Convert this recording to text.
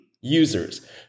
users